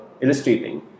illustrating